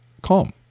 calm